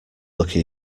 lucky